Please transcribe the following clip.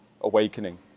awakening